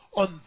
on